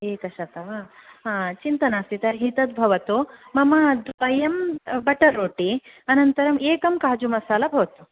एकशतं वा हा चिन्ता नास्ति तर्हि तद् भवतु मम द्वयं बटर् रोटि अनन्तरम् एकं काजुमसाला भवतु